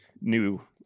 new